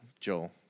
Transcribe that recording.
Joel